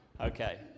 Okay